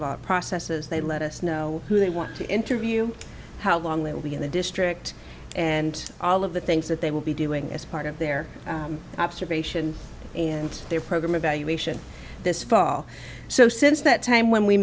our processes they let us know who they want to interview how long they will be in the district and all of the things that they will be doing as part of their observation and their program evaluation this fall so since that time when we